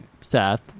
Seth